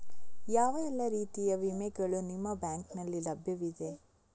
ಯಾವ ಎಲ್ಲ ರೀತಿಯ ವಿಮೆಗಳು ನಿಮ್ಮ ಬ್ಯಾಂಕಿನಲ್ಲಿ ಲಭ್ಯವಿದೆ?